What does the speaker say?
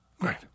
Right